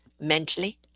Mentally